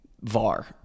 VAR